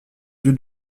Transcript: lieu